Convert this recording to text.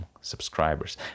subscribers